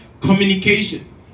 communication